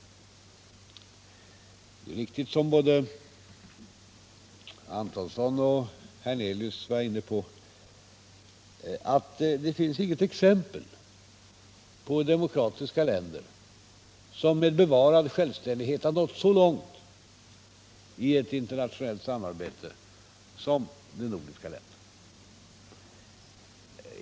Det är riktigt, som både Johannes Antonsson och Allan Hernelius nämnde, att det inte finns något exempel på demokratiska länder som med bevarad självständighet har nått så långt i internationellt samarbete som de nordiska länderna.